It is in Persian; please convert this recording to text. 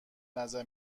نظر